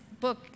book